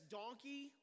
donkey